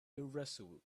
irresolute